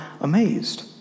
amazed